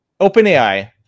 OpenAI